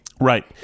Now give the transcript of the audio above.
Right